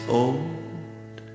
old